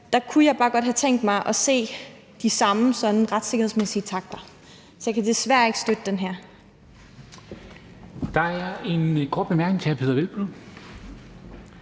Der kunne jeg bare godt have tænkt mig at se de samme sådan retssikkerhedsmæssige takter i det her. Så jeg kan desværre ikke støtte det her